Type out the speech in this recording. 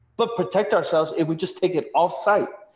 but protect ourselves if we just take it off site.